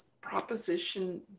Proposition